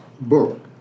book